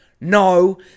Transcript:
no